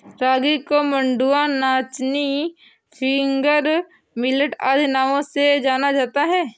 रागी को मंडुआ नाचनी फिंगर मिलेट आदि नामों से जाना जाता है